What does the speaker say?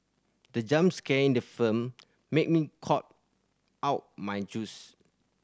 the jump scare in the film made me cough out my juice